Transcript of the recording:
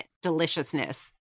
Deliciousness